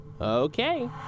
Okay